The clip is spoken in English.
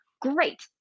great